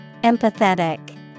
Empathetic